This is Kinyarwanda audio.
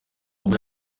ubwo